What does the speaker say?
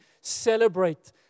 celebrate